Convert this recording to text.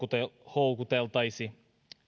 houkuteltaisi